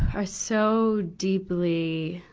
are so deeply